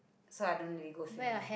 so I don't really go swimming